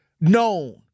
known